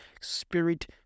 spirit